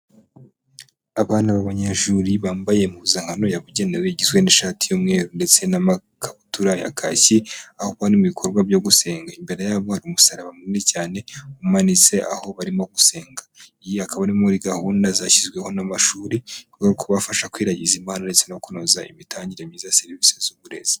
Abana b'abanyeshuri bambaye impuzankano yabugenewe, igizwe n'ishati y'umweru ndetse n'amakabutura ya kaki, aho bari mu bikorwa byo gusenga, imbere yabo hari umusaraba munini cyane umanitse aho barimo gusenga. Iyi akaba ari imwe muri gahunda zashyizweho n'amashuri mu rwego rwo kubafasha kwiragiza Imana ndetse no kunoza imitangire myiza ya serivisi z'uburezi.